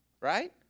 right